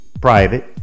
Private